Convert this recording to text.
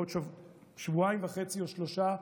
בעוד שבועיים וחצי או שלושה,